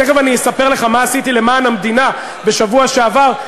תכף אני אספר לך מה עשיתי למען המדינה בשבוע שעבר,